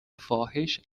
فاحش